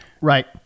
Right